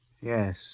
Yes